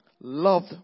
loved